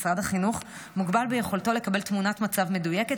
משרד החינוך מוגבל ביכולתו לקבל תמונת מצב מדויקת